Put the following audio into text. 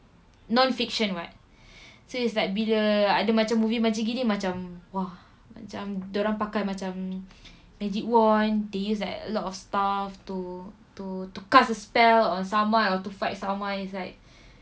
non-fiction [what] so it's like bila ada movie macam gini macam !wah! macam dia orang pakai macam magic wand they use like a lot of stuff to to to cast a spell on someone or to fight someone it's like